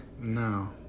No